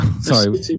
Sorry